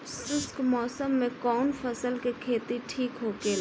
शुष्क मौसम में कउन फसल के खेती ठीक होखेला?